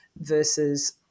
versus